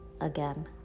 again